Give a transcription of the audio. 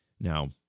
Now